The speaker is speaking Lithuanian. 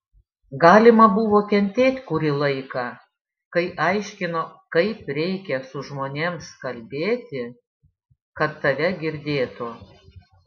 galima buvo kentėt kurį laiką kai aiškino kaip reikia su žmonėms kalbėti kad tave girdėtų